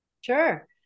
Sure